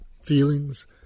feelings